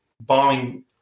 bombing